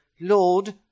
Lord